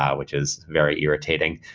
ah which is very irritating.